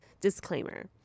Disclaimer